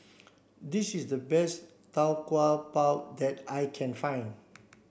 this is the best Tau Kwa Pau that I can find